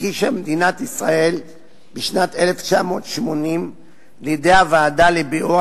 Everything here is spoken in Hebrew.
הגישה מדינת ישראל בשנת 1980 לידי הוועדה לביעור